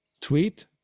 tweet